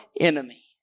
enemy